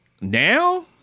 Now